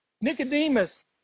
Nicodemus